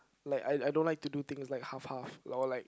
like I I don't like to do thing like half half or like